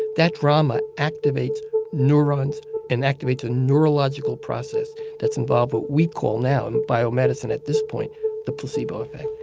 that drama activates neurons and activates a neurological process that's involved what we call now in biomedicine at this point the placebo effect.